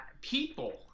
people